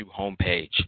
homepage